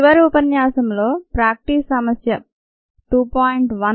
చివరి ఉపన్యాసంలో ప్రాక్టీస్ సమస్య ప్రాక్టీస్ సమస్య 2